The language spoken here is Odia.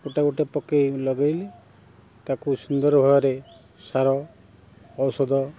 ଗୁଟେ ଗୁଟେ ପକାଇ ଲଗାଇଲି ତାକୁ ସୁନ୍ଦର ଭାବରେ ସାର ଔଷଧ